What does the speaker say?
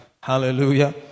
Hallelujah